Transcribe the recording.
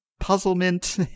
puzzlement